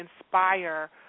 inspire